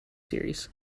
series